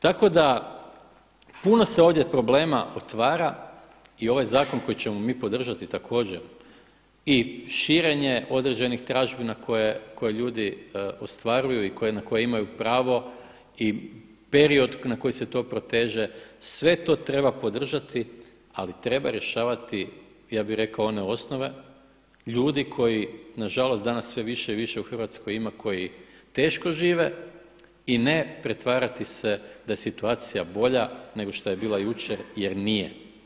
Tako da puno se ovdje problema otvara i ovaj zakon koji ćemo mi podržati također i širenje određenih tražbina koje ljudi ostvaruju i na koje imaju pravo i period na koji se to proteže, sve to treba podržati ali treba rješavati ja bih rekao one osnove ljudi koji nažalost danas sve više i više u Hrvatskoj ima koji teško žive i ne pretvarati se da je situacija bolja nego šta je bila jučer jer nije.